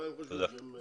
מה הם חושבים שהם לבד?